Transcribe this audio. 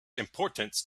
importance